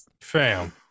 fam